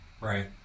Right